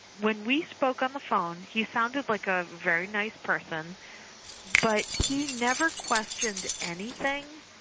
when we spoke on the phone he sounded like a very nice person but he never questioned anything.